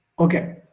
Okay